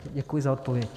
Děkuji za odpověď.